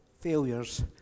failures